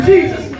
Jesus